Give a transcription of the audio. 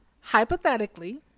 Hypothetically